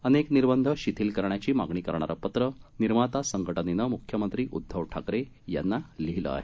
अनेक निर्बंध शिथिल करण्याची मागणी करणारं पत्र निर्माता संघटनेनं मुख्यमंत्री उद्धव ठाकरे यांना लिहीलं आहे